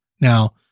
Now